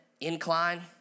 incline